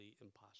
impossible